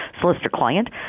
solicitor-client